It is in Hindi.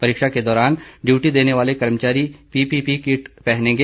परीक्षा के दौरान ड्यूटी देने वाले कर्मचारी पीपीपी किट पहनेंगे